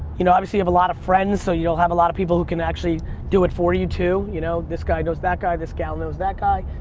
you know have a lot of friends, so you'll have a lot of people who can actually do it for you, too. you know this guy knows that guy, this gal knows that guy,